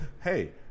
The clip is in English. hey